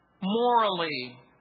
morally